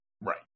right